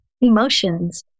emotions